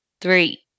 Three